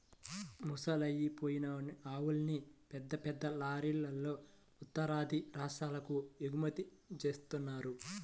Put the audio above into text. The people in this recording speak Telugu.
ముసలయ్యి అయిపోయిన ఆవుల్ని పెద్ద పెద్ద లారీలల్లో ఉత్తరాది రాష్ట్రాలకు ఎగుమతి జేత్తన్నారు